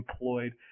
employed